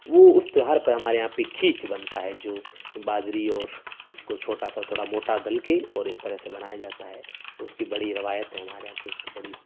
وہ اس تیوہار پر ہمارے یہاں پہ کھیچ بنتا ہے جو باجری اور اس کو چھوٹا سا تھوڑا موٹا دل کے اور اس طرح سے بنایا جاتا ہے اس کی بڑی روایت ہے ہمارے یہاں پہ اس کی بڑی